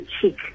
cheek